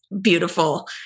beautiful